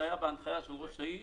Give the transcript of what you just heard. זה היה בהנחיית ראש העיר